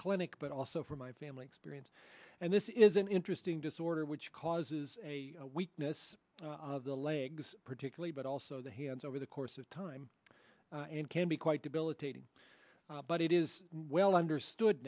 clinic but also from my family experience and this is an interesting disorder which causes a weakness of the legs particularly but also the hands over the course of time and can be quite debilitating but it is well understood